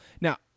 Now